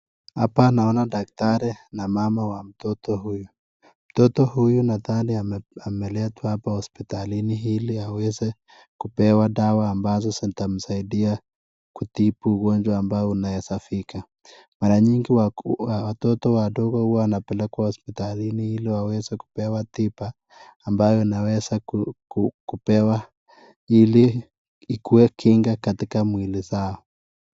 Hapa naona daktari na mama wa mtoto huyu, Mtoto huyu nadhani ameletwa hapa hospitalini hili aweze kupewa dawa ambazo sitamsaidia kutibu ugonjwa ambao inaeza fika, Mara nyingi watoto wadogo huwa wanapekwa hospitalini ili waweze kupewa tiba ambayo inaweza kupewa ili ikue kinga katikawili zao.